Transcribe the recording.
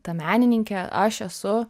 ta menininkė aš esu